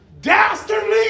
dastardly